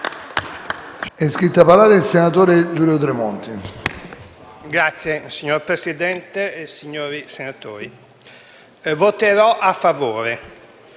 voterò a favore.